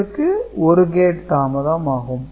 இதற்கு ஒரு கேட் தாமதம் ஆகும்